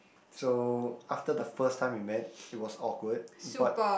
so after the first time we met it was awkward but